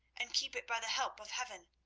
and keep it by the help of heaven.